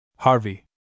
Harvey